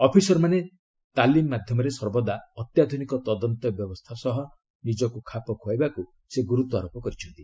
ଅଫିସରମାନେ ତାଲିମ୍ ମାଧ୍ୟମରେ ସର୍ବଦା ଅତ୍ୟାଧୁନିକ ତଦନ୍ତ ବ୍ୟବସ୍ଥା ସହ ନିଜକୁ ଖାପ ଖୁଆଇବାକୁ ସେ ଗୁରୁତ୍ୱାରୋପ କରିଛନ୍ତି